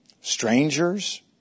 Strangers